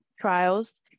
trials